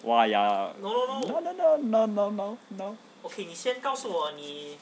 !wah! ya no no no no no